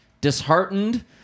Disheartened